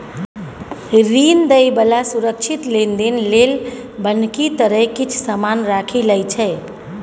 ऋण दइ बला सुरक्षित लेनदेन लेल बन्हकी तरे किछ समान राखि लइ छै